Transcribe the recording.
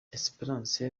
esperance